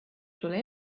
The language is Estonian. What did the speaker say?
sulle